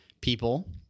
people